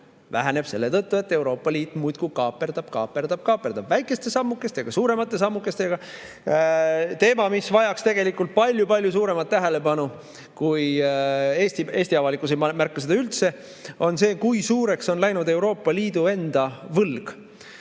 Väheneb selle tõttu, et Euroopa Liit muudkui kaaperdab, kaaperdab, kaaperdab väikeste sammukestega, suuremate sammukestega. Teema, mis vajaks tegelikult palju suuremat tähelepanu – Eesti avalikkus ei märka seda üldse –, on see, kui suureks on läinud Euroopa Liidu enda võlg.